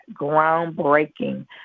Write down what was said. groundbreaking